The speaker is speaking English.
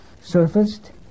surfaced